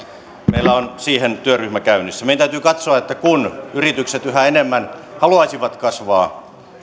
meillä on siihen työryhmä käynnissä meidän täytyy katsoa että yritykset saavat osaavaa työvoimaa kun ne yhä enemmän haluaisivat kasvaa